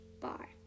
bar